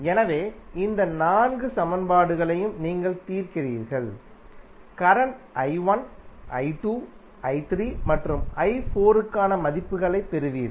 எனவே இந்த நான்கு சமன்பாடுகளையும் நீங்கள் தீர்க்கிறீர்கள் கரண்ட் மற்றும் க்கான மதிப்புகளைப் பெறுவீர்கள்